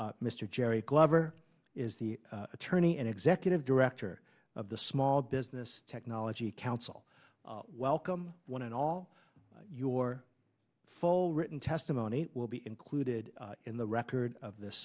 finally mr jerry glover is the attorney and executive director of the small business technology counsel welcome one and all your full written testimony will be included in the record of this